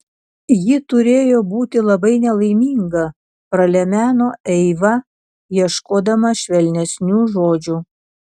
ji turėjo būti labai nelaiminga pralemeno eiva ieškodama švelnesnių žodžių